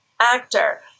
actor